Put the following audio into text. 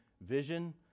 vision